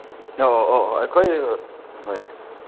ꯑꯣ ꯑꯣ ꯑꯣ ꯑꯣ ꯑꯩꯈꯣꯏ ꯍꯣꯏ